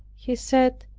he said,